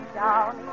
down